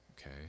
okay